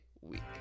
week